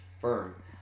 firm